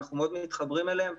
ואנחנו מאוד מתחברים אליהם.